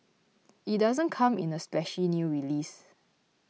it doesn't come in a splashy new release